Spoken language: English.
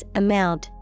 amount